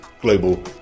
global